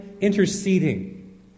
interceding